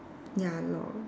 ya lor